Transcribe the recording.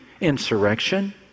insurrection